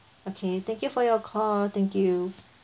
okay thank you for your call thank you